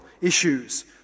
issues